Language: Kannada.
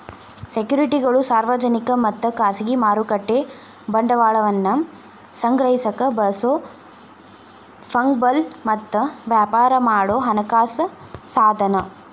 ಸೆಕ್ಯುರಿಟಿಗಳು ಸಾರ್ವಜನಿಕ ಮತ್ತ ಖಾಸಗಿ ಮಾರುಕಟ್ಟೆ ಬಂಡವಾಳವನ್ನ ಸಂಗ್ರಹಿಸಕ ಬಳಸೊ ಫಂಗಬಲ್ ಮತ್ತ ವ್ಯಾಪಾರ ಮಾಡೊ ಹಣಕಾಸ ಸಾಧನ